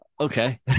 Okay